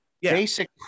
basic